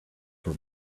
for